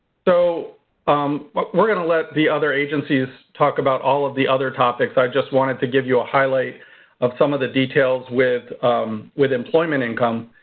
so um but we're going to let the other agencies talk about all of the other topics. i just wanted to give you a highlight of some of the details with with employment income.